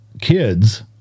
kids